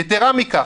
יתרה מכך,